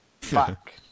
fuck